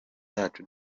yacu